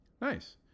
nice